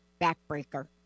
backbreaker